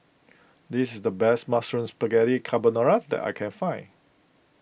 this is the best Mushroom Spaghetti Carbonara that I can find